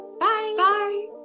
Bye